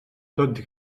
tot